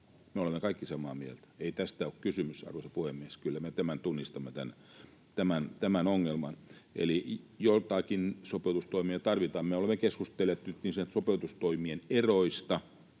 me olemme kaikki samaa mieltä. Ei tästä ole kysymys, arvoisa puhemies, kyllä me tämän ongelman tunnistamme. Joitakin sopeutustoimia tarvitaan. Me olemme keskustelleet nyt sopeutustoimien eroista.